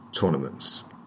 tournaments